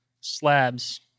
slabs